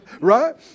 Right